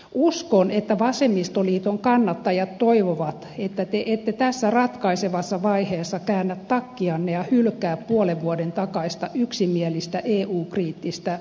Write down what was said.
uskon että vasemmistoliiton kannattajat toivovat että te ette tässä ratkaisevassa vaiheessa käännä takkianne ja hylkää puolen vuoden takaista yksimielistä eu kriittistä perustuslakikantaanne